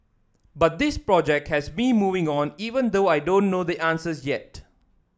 but this project has me moving on even though I don't know the answers yet